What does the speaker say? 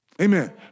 Amen